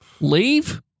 Leave